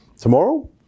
tomorrow